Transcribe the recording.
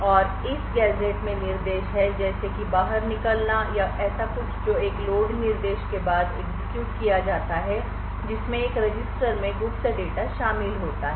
और इस गैजेट में निर्देश हैं जैसे कि बाहर निकलना या ऐसा कुछ जो एक लोड निर्देश के बाद एग्जीक्यूट किया जाता है जिसमें एक रजिस्टर में गुप्त डेटा शामिल होता है